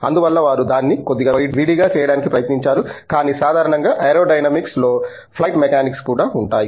అందువల్ల వారు దాన్ని కొద్దిగా విడిగా చేయడానికి ప్రయత్నించారు కానీ సాధారణంగా ఏరోడైనమిక్స్ లో ఫ్లైట్ మెకానిక్స్ కూడా ఉంటాయి